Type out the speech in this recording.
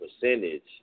percentage